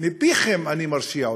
מפיכם אני מרשיע אתכם.